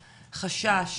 חשש,